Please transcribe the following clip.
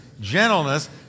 gentleness